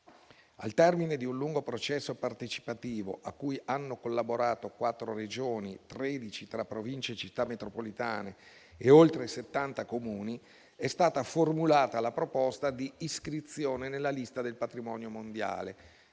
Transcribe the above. Al termine di un lungo processo partecipativo a cui hanno collaborato 4 Regioni, 13 tra Province e città metropolitane e oltre 70 Comuni, è stata formulata la proposta di iscrizione nella lista del patrimonio mondiale